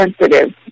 sensitive